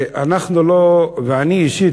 ואני אישית,